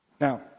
Now